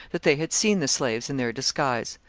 that they had seen the slaves in their disguise.